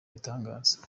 ibitangaza